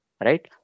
right